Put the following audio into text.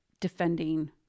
defending